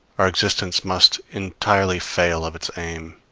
our existence must entirely fail of its aim.